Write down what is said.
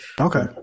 okay